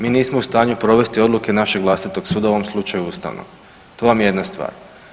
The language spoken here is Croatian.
Mi nismo u stanju provesti odluke našeg vlastitog suda u ovom slučaju ustavnog, to vam je jedna stvar.